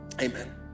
Amen